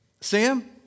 Sam